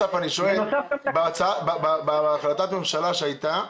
שאלתי אם בהחלטת הממשלה שהייתה,